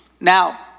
Now